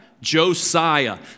Josiah